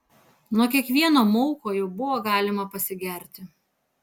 nuo kiekvieno mauko jau buvo galima pasigerti